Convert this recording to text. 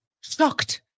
shocked